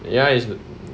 ya is the~